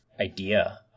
idea